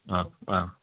ആ ആ